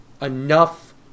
enough